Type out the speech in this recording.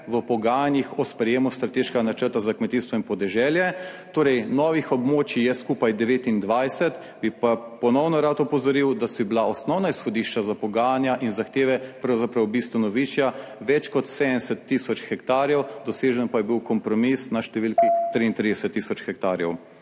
v pogajanjih o sprejemu strateškega načrta za kmetijstvo in podeželje, torej novih območij je skupaj 29, bi pa ponovno rad opozoril, da so bila osnovna izhodišča za pogajanja in zahteve pravzaprav bistveno višja, več kot 70 tisoč hektarjev, dosežen pa je bil kompromis na številki 33 tisoč hektarjev.